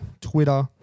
Twitter